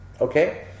Okay